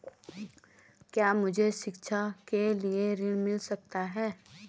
क्या मुझे शिक्षा के लिए ऋण मिल सकता है?